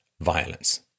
violence